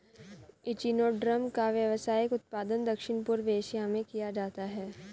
echinoderm का व्यावसायिक उत्पादन दक्षिण पूर्व एशिया में किया जाता है